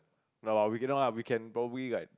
no lah we can no lah we can probably like